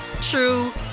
true